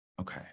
Okay